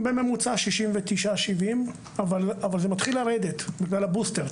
בממוצע 69% 70% אבל זה מתחיל לרדת בגלל הבוסטר.